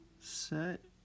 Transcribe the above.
set